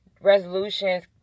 resolutions